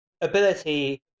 ability